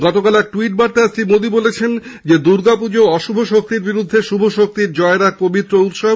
গতকাল এক ট্যুইটবার্তায় শ্রী মোদী জানিয়েছেন দুর্গা পুজো অশুভ শক্তির বিরুদ্ধে শুভ শক্তির জয়ের এক পবিত্র উৎসব